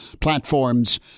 platforms